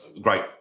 great